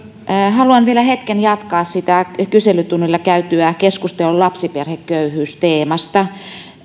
haluan vielä hetken jatkaa sitä kyselytunnilla käytyä keskustelua lapsiperheköyhyys teemasta